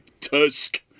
tusk